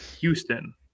Houston